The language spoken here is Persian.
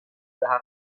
بحق